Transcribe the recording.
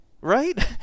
Right